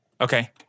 Okay